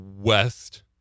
West